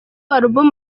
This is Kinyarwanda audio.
album